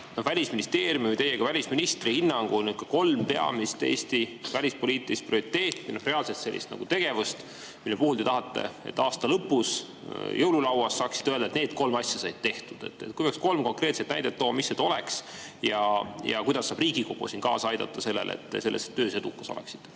Välisministeeriumi või teie kui välisministri hinnangul kolm peamist Eesti välispoliitilist prioriteeti, reaalset tegevust, mille puhul te tahate, et aasta lõpus jõululauas saaksite öelda, et need kolm asja said tehtud? Kui peaks kolm konkreetset näidet tooma, siis mis need oleks? Ja kuidas saaks Riigikogu kaasa aidata sellele, et te selles töös edukas oleksite?